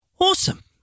Awesome